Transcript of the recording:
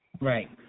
right